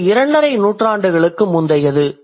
இது இரண்டரை நூற்றாண்டுகளுக்கு முந்தையது